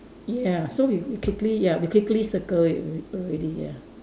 ya so we we quickly ya we quickly circle it al~ already ya